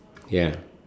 ya